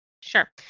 Sure